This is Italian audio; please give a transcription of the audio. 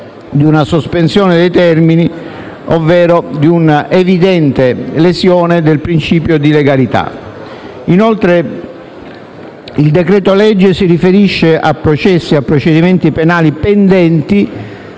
di una sospensione dei termini, ovvero di una evidente lesione del principio di legalità. Inoltre il decreto-legge in esame si riferisce a procedimenti penali pendenti,